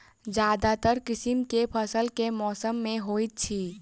ज्यादातर किसिम केँ फसल केँ मौसम मे होइत अछि?